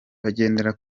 bagendera